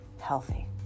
healthy